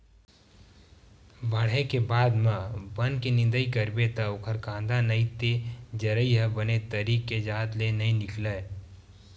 बाड़हे के बाद म बन के निंदई करबे त ओखर कांदा नइ ते जरई ह बने तरी के जात ले नइ निकलय